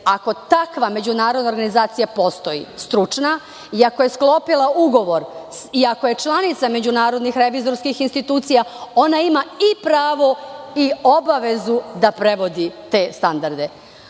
takva međunarodna organizacija postoji stručna, i ako je sklopila ugovor, i ako je članica međunarodnih revizorskih institucija, ona ima i pravo i obavezu da prevodi te standarde.